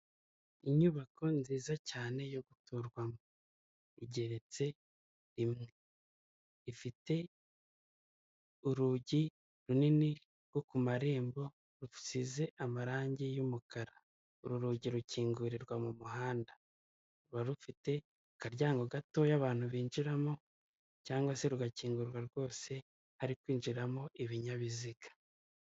Inyubako nziza cyane yo guturwamo. Igeretse rimwe, ifite urugi runini rwo ku marembo rusize amarangi y'umukara. Uru rugi rukingurirwa mu muhanda, ruba rufite akaryango gatoya abantu binjiramo, cyangwa se rugakinguka rwose hari kwinjira ibinyabiziga.